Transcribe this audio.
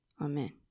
Amen